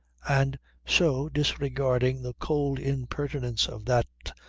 and so, disregarding the cold impertinence of that.